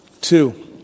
Two